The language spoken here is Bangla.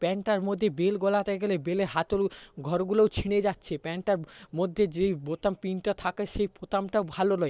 প্যান্টটার মধ্যে বেল্ট গলাতে গেলে বেল্টে হাতেরও ঘরগুলোও ছিঁড়ে যাচ্ছে প্যান্টটার মধ্যে যেই বোতাম পিনটা থাকে সেই বোতামটা ভালো নয়